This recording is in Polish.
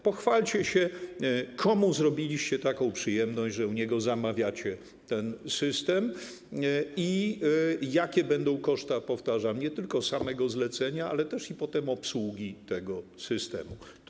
Pochwalcie się, komu zrobiliście taką przyjemność, że u niego zamawiacie ten system, i jakie będą koszty, powtarzam, nie tylko samego zlecenia, ale też i obsługi tego systemu, potem.